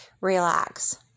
relax